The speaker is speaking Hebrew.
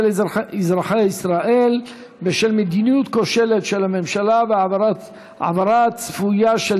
אזרחי ישראל בשל מדיניות כושלת של הממשלה והעברה צפויה של